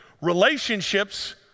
Relationships